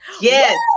Yes